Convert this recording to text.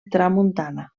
tramuntana